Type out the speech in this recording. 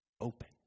open